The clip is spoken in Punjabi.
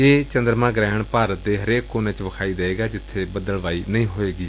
ਇਹ ਚੰਦਰਮਾ ਗੁਹਿਣ ਭਾਰਤ ਦੇ ਹਰੇਕ ਕੋਨੇ ਚ ਵਿਖਾਈ ਦੇਵੇਗਾ ਜਿੱਥੇ ਬੱਦਲ ਵਾਈ ਨਹੀਂ ਹੋਵੇਗੀ